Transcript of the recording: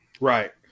Right